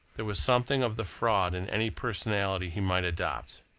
there was something of the fraud in any personality he might adopt.